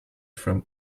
from